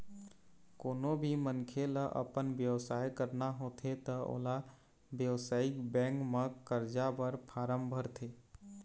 कोनो भी मनखे ल अपन बेवसाय करना होथे त ओला बेवसायिक बेंक म करजा बर फारम भरथे